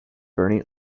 burning